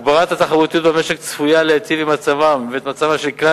הגברת התחרותיות במשק צפויה להיטיב את מצבם של כלל